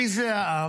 מי זה העם?